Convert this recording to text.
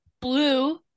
blue